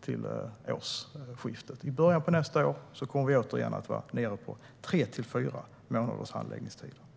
till årsskiftet. I början av nästa år kommer vi återigen att vara nere på 3-4 månaders handläggningstid.